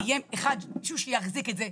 יהיה מישהו שיחזיק את זה,